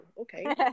okay